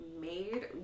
made